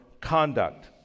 conduct